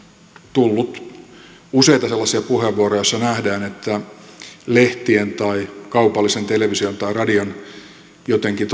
tullut useita sellaisia puheenvuoroja joissa nähdään että lehtien tai kaupallisen television tai radion toimintaolosuhteissa jotenkin